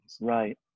right